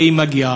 הרי היא מגיעה,